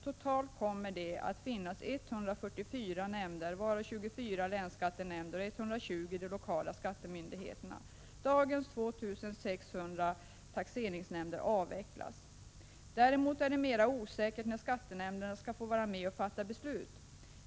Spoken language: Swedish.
Totalt kommer det att finnas 144 nämnder, varav 24 länsskattenämnder och 120 nämnder hos de lokala skattemyndigheterna. Dagens 2 600 taxeringsnämnder avvecklas. Däremot är det mera osäkert när skattenämnderna skall få vara med och fatta beslut.